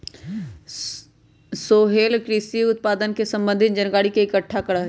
सोहेल कृषि उत्पादन से संबंधित जानकारी के इकट्ठा करा हई